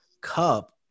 cup